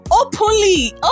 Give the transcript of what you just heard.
Openly